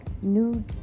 new